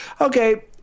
okay